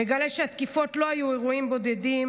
מגלה שהתקיפות לא היו אירועים בודדים